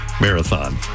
marathon